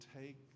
take